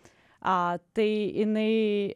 tai jinai